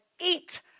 eat